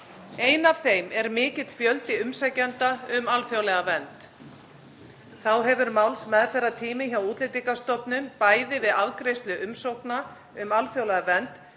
Ein af þeim er mikill fjöldi umsækjenda um alþjóðlega vernd. Þá hefur málsmeðferðartími hjá Útlendingastofnun, bæði við afgreiðslu umsókna um alþjóðlega vernd